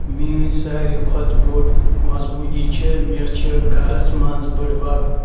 میٛٲنۍ ساروے کھۄتہٕ بٔڑ مضبوٗطی چھِ مےٚ چھِ گَرَس منٛز بٔڈۍ بَب